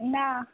ना